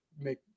make